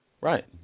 Right